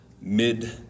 mid